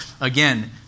Again